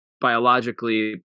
biologically